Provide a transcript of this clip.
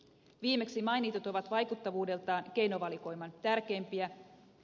viimeksi mainitut ovat vaikuttavuudeltaan keinovalikoiman tärkeimpiä